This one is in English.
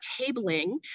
tabling